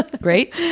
great